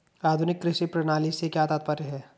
आधुनिक कृषि प्रणाली से क्या तात्पर्य है?